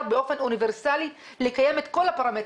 באופן אוניברסלי לקיים את כל הפרמטרים,